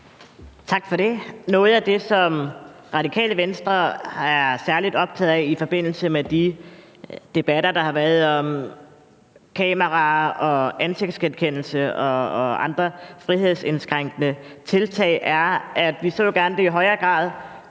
Tak for det. Noget af det, som Radikale Venstre er særlig optaget af i forbindelse med de debatter, der har været om kameraer og ansigtsgenkendelse og andre frihedsindskrænkende tiltag, er, at vi jo gerne så, at det i højere grad